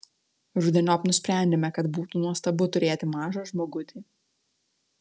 rudeniop nusprendėme kad būtų nuostabu turėti mažą žmogutį